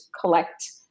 collect